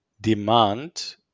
demand